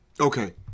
Okay